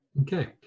Okay